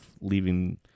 leaving